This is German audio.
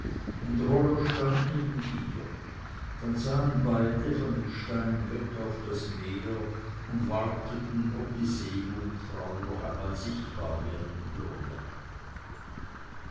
und rollo stand neben ihr dann sahen beide von dem stein weg auf das meer und warteten ob die seejungfrau noch einmal sichtbar werden würde